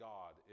God